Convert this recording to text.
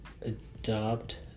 adopt